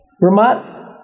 Vermont